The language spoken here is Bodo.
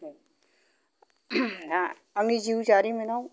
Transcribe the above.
आंनि जिउ जारिमिनाव